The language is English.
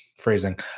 phrasing